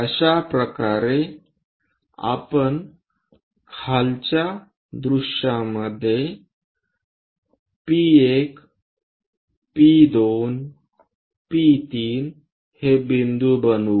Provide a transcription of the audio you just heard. अशा प्रकारे आपण खालच्या दृश्यामध्ये P1 P2 P3 हे बिंदू बनवू